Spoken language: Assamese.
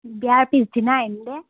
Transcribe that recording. বিয়াৰ পিছদিনা আহিম দে